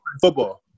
Football